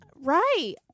Right